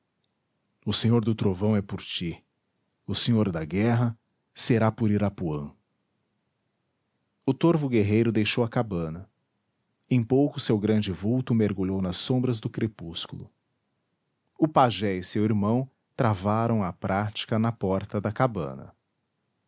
o senhor do trovão é por ti o senhor da guerra será por irapuã o torvo guerreiro deixou a cabana em pouco seu grande vulto mergulhou nas sombras do crepúsculo o pajé e seu irmão travaram a prática na porta da cabana